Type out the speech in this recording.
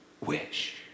wish